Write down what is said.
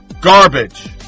garbage